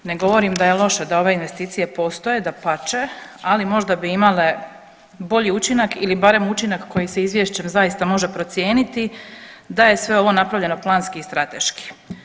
Ne govorim da je loše, da ove investicije postoje dapače, ali možda bi imale bolji učinak ili barem učinak koji se izvješćem zaista može procijeniti, da je sve ovo napravljeno planski i strateški.